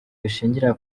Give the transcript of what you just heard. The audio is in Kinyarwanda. bishingira